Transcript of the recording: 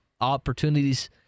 opportunities